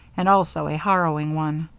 and also a harrowing one.